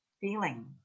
feeling